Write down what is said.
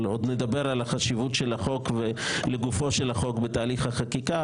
עוד נדבר על החשיבות של החוק לגופו של החוק בתהליך החקיקה,